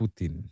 Putin